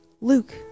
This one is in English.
Luke